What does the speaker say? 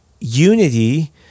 unity